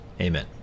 amen